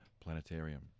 Planetarium